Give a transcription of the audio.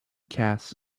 cass